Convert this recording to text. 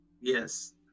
Yes